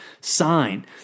sign